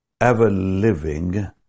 ever-living